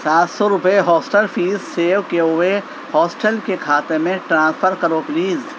سات سو روپے ہاسٹل فیس سیو کیے ہوئے ہاسٹل کے خاتے میں ٹرانسفر کرو پلیز